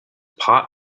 part